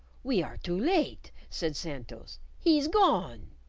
we are too late! said santos. he's gone!